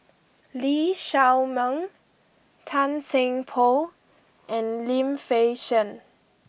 Lee Shao Meng Tan Seng Poh and Lim Fei Shen